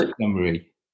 summary